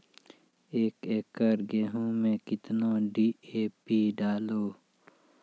एक एकरऽ गेहूँ मैं कितना डी.ए.पी डालो?